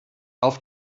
auf